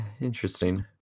Interesting